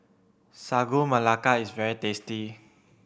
Sagu Melaka is very tasty